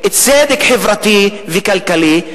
צדק חברתי וכלכלי.